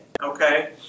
okay